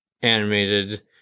animated